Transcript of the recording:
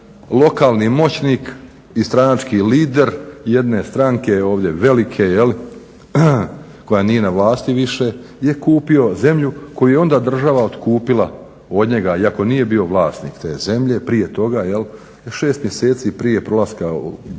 lokalni moćnik i stranački lider jedne stranke ovdje velike jel koja nije na vlasti više je kupio zemlju koju je onda država otkupila od njega iako nije bio vlasnik te zemlje prije toga 6 mjeseci prije prolaska ili